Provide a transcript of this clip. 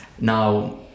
now